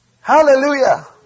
Hallelujah